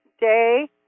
day